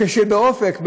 ובאופק,